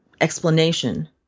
explanation